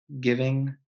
giving